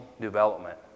development